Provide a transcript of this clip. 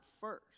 first